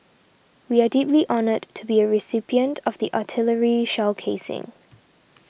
we are deeply honoured to be a recipient of the artillery shell casing